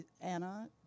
Anna